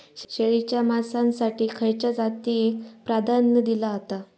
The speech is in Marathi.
शेळीच्या मांसाएसाठी खयच्या जातीएक प्राधान्य दिला जाता?